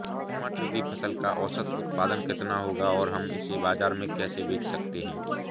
टमाटर की फसल का औसत उत्पादन कितना होगा और हम इसे बाजार में कैसे बेच सकते हैं?